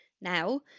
now